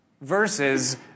versus